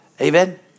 Amen